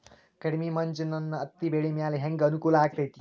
ಕಡಮಿ ಮಂಜ್ ನನ್ ಹತ್ತಿಬೆಳಿ ಮ್ಯಾಲೆ ಹೆಂಗ್ ಅನಾನುಕೂಲ ಆಗ್ತೆತಿ?